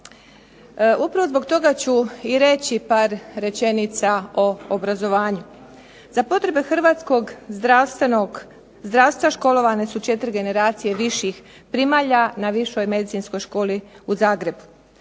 Upravo zbog toga ću i reći par rečenica o obrazovanju. Za potrebe hrvatskog zdravstvenog zdravstva školovane su četiri generacije viših primalja na višoj medicinskoj školi u Zagrebu,